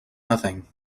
nothing